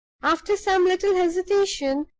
after some little hesitation,